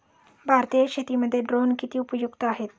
भारतीय शेतीमध्ये ड्रोन किती उपयुक्त आहेत?